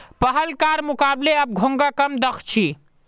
पहलकार मुकबले अब घोंघा कम दख छि